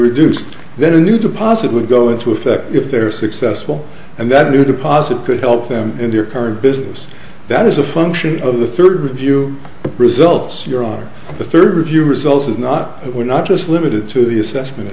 reduced then a new deposit would go into effect if they're successful and that new deposit could help them in their current business that is a function of the third view results you're on the third of your results is not we're not just limited to the assessment